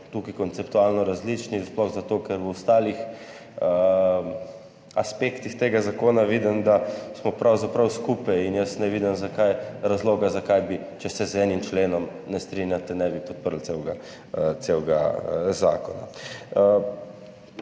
tukaj konceptualno različni, sploh zato, ker v ostalih aspektih tega zakona vidim, da smo pravzaprav skupaj in jaz ne vidim razloga, zakaj ne bi, če se z enim členom ne strinjate, podprli celega zakona.